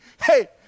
Hey